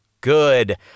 good